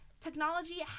technology